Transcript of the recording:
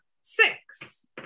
six